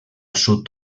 sud